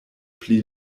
pli